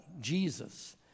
Jesus